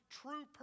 true